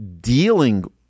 Dealing